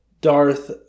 Darth